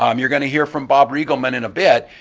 um you're going to hear from bob reegleman in a bit,